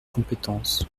compétence